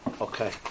Okay